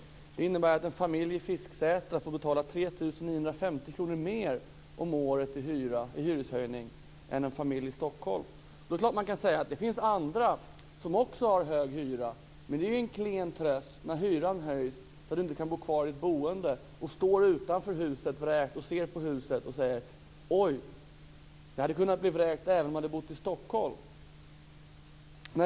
Det innebär att en familj i Fisksätra får betala 3 950 kr mer om året i hyreshöjning än en familj i Stockholm. Det är klart att det finns andra som också har högre hyra. Men det är en klen tröst när hyran höjs så att du inte kan bo kvar i ditt boende. Du står utanför huset, vräkt, och ser på huset och säger: Oj, jag hade kunnat bli vräkt även om jag bott i Stockholm!